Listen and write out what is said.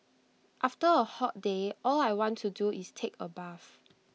after A hot day all I want to do is take A bath